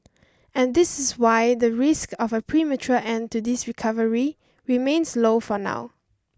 and this is why the risk of a premature end to this recovery remains low for now